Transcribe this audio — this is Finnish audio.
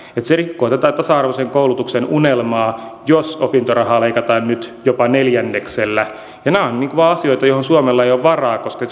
se rikkoo tätä tasa arvoisen koulutuksen unelmaa jos opintorahaa leikataan nyt jopa neljänneksellä nämä vaan ovat asioita joihin suomella ei ole varaa koska